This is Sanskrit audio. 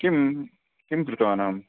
किं किं कृतवानहम्